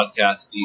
podcasting